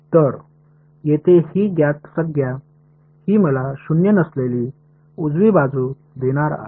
तर येथे ही ज्ञात संज्ञा ही मला शून्य नसलेली उजवी बाजू देणार आहे